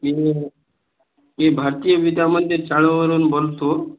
मी भारतीय विद्यामंदिर शाळेवरून बोलतो